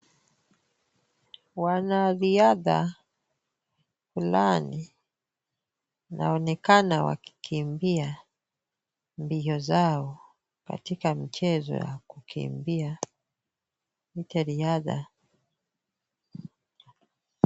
Wanariadha fulani wanaonekana wakikimbia mbio zao katika michezo ya kukimbia ama riadha.